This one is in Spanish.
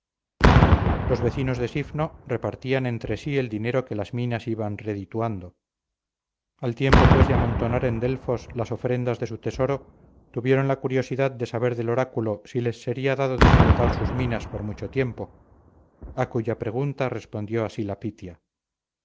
los vecinos de sifno repartían entre sí el dinero que las minas iban redituando al tiempo pues de amontonar en delfos las ofrendas de su tesoro tuvieron la curiosidad de saber del oráculo si les sería dado disfrutar sus minas por mucho tiempo a cuya pregunta respondió así la pitia